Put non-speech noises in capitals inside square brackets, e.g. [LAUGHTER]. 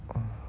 [BREATH]